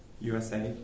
USA